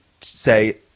say